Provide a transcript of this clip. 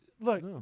look